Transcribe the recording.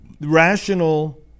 rational